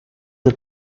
del